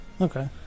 Okay